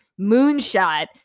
moonshot